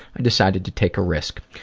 i decided to take a risk.